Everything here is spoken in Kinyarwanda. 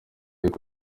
yuko